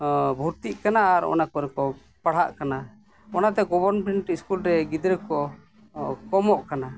ᱵᱷᱚᱨᱛᱤᱜ ᱠᱟᱱᱟ ᱟᱨ ᱚᱱᱟ ᱠᱚᱨᱮ ᱠᱚ ᱯᱟᱲᱦᱟᱜ ᱠᱟᱱᱟ ᱚᱱᱟᱛᱮ ᱜᱚᱵᱷᱚᱨᱢᱮᱱᱴ ᱥᱠᱩᱞ ᱨᱮ ᱜᱤᱫᱽᱨᱟᱹ ᱠᱚ ᱠᱚᱢᱚᱜ ᱠᱟᱱᱟ